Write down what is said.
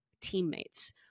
teammates